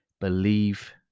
Believe